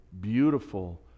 beautiful